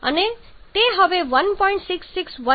661 છે